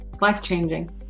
life-changing